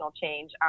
change